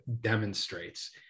demonstrates